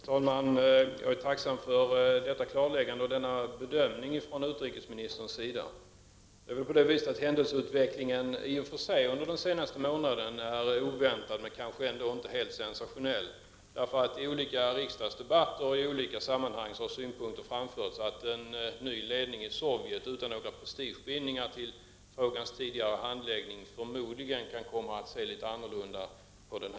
Herr talman! Jag är tacksam för detta klarläggande och denna bedömning från utrikesministerns sida. Händelseutvecklingen under den senaste månaden är oväntad, men kanske ändå inte helt sensationell. I olika riksdagsdebatter och i andra sammanhang har synpunkter framförts om att en ny ledning i Sovjet utan några prestigebindningar till frågans tidigare handläggning, förmodligen kan komma att se litet annorlunda på frågan.